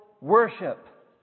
worship